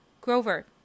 Grover